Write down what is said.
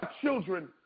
children